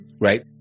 right